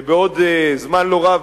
כשבעוד זמן לא רב,